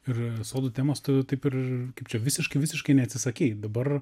ir sodų temos tu taip ir kaip čia visiškai visiškai neatsisakei dabar